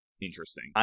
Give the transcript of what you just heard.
interesting